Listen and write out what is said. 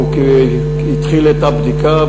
הוא התחיל את הבדיקה.